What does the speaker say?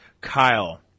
Kyle